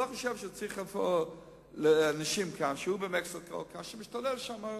אני לא חושב שצריך שיהיו כאן אנשים שהיו במקסיקו כאשר משתוללת שם שפעת.